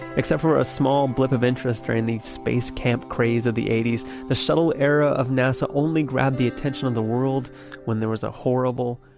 except for a small blip of interest during the space camp craze of the eighty s, the shuttle era of nasa only grabbed the attention of the world when there was a horrible,